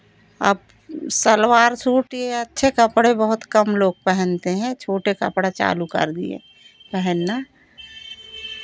अब सलवार सूट या अच्छे कपड़े बहुत कम लोग पहनते हैं छोटे कपड़ा चालू कर दिए पहनना